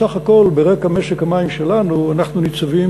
בסך הכול ברקע משק המים שלנו אנחנו ניצבים